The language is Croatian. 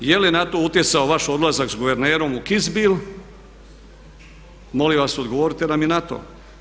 Je li na to utjecao vaš odlazak s guvernerom u Kitzbühel molim vas odgovorite nam i na to.